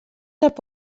sap